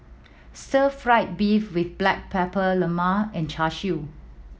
stir fried beef with black pepper lemang and Char Siu